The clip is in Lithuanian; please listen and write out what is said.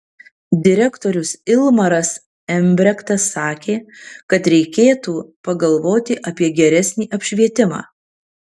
direktorius ilmaras embrektas sakė kad reikėtų pagalvoti apie geresnį apšvietimą